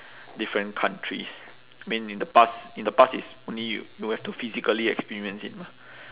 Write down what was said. different countries mean in the past in the past it's only you you have to physically experience it mah